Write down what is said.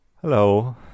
Hello